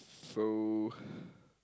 so